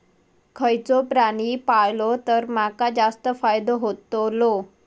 खयचो प्राणी पाळलो तर माका जास्त फायदो होतोलो?